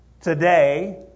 today